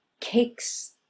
cakes